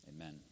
Amen